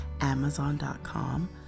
Amazon.com